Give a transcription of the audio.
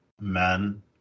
men